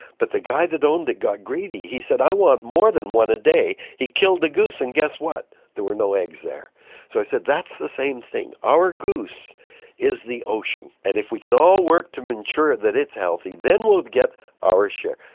but the guy that owned it got greedy, he said, i want to more than one a day he killed the goose and, guess what, there were no eggs there. so i said that's the same thing. our goose is the ocean. and if we can all work to ensure that it's healthy, then we will get our share.